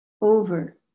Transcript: over